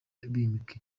bimika